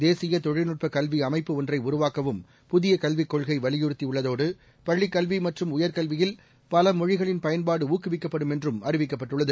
தேசிய தொழில்நுட்ப கல்வி அமைப்பு ஒன்றை உருவாக்கவும் புதிய கல்விக் கொள்கை வலியுறுத்தியுள்ளதோடு பள்ளிக்கல்வி மற்றும் உயர்கல்வியில் பல மொழிகளின் பயன்பாடு ஊக்குவிக்கப்படும் என்றும் அறிவிக்கப்பட்டுள்ளது